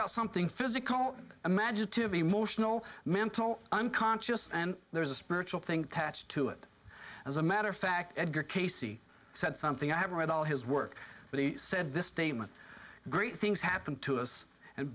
got something physical imaginative emotional mental unconscious and there's a spiritual thing catch to it as a matter of fact edgar casey said something i haven't read all his work but he said this statement great things happen to us and